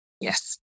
Yes